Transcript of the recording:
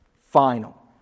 Final